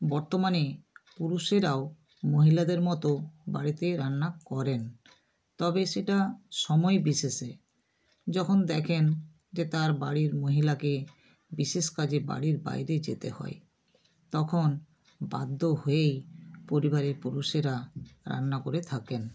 বর্তমানে পুরুষেরাও মহিলাদের মতো বাড়িতে রান্না করেন তবে সেটা সময় বিশেষে যখন দেখেন যে তার বাড়ির মহিলাকে বিশেষ কাজে বাড়ির বাইরে যেতে হয় তখন বাধ্য হয়েই পরিবারের পুরুষেরা রান্না করে থাকেন